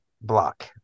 block